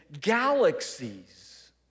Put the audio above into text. galaxies